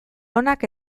onak